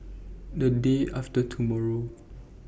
The Day after tomorrow